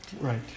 Right